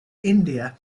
india